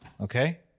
Okay